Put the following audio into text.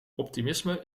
optimisme